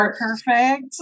perfect